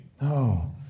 no